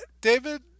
David